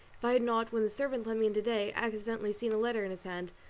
if i had not, when the servant let me in today, accidentally seen a letter in his hand,